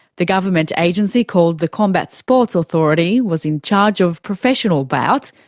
the government agency, called the combat sports authority, was in charge of professional bouts,